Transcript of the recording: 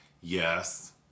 Yes